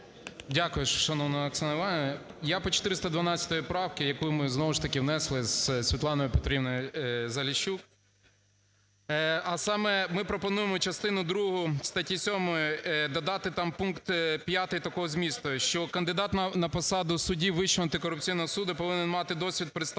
Дякую, шановна Оксана Іванівна. Я по 412 правці, яку ми знову ж таки внесли зі Світланою ПетрівноюЗаліщук. А саме, ми пропонуємо частину другу статті 7 додати там пункт 5 такого змісту, що кандидат на посаду судді Вищого антикорупційного суду повинен мати досвід представлення